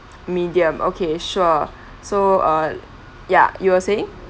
medium okay sure so uh ya you were saying